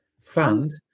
fund